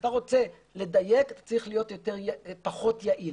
כשאתה רוצה לדייק, אתה צריך להיות פחות יעיל.